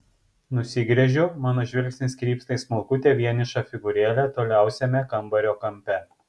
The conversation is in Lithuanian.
nusigręžiu mano žvilgsnis krypsta į smulkutę vienišą figūrėlę toliausiame kambario kampe